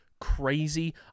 crazy